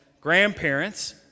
grandparents